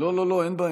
לא, לא, לא, אין בעיה.